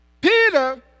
Peter